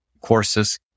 courses